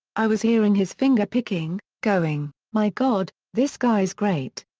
i was hearing his fingerpicking, going, my god, this guy is great.